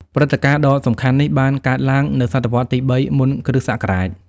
ព្រឹត្តិការណ៍ដ៏សំខាន់នេះបានកើតឡើងនៅសតវត្សរ៍ទី ៣ មុនគ.ស.។